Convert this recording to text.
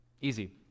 easy